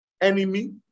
enemy